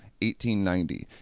1890